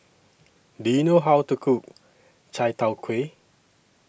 Do YOU know How to Cook Chai Tow Kway